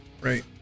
right